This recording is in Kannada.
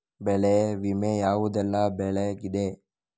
ಬೆಳೆ ವಿಮೆ ಯಾವುದೆಲ್ಲ ಬೆಳೆಗಿದೆ?